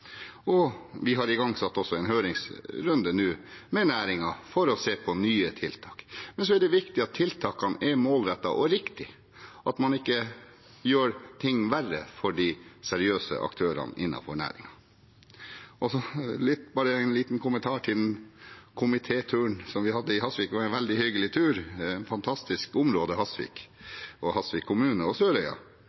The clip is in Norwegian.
og vi har også igangsatt en høringsrunde nå med næringen for å se på nye tiltak. Men så er det viktig at tiltakene er målrettede og riktige, og at man ikke gjør ting verre for de seriøse aktørene innenfor næringen. Så bare en liten kommentar til komitéturen som vi hadde i Hasvik. Det var en veldig hyggelig tur. Det er et fantastisk område, Hasvik, og Hasvik kommune og Sørøya,